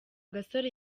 gasore